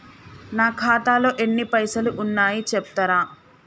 నా ఖాతాలో ఎన్ని పైసలు ఉన్నాయి చెప్తరా?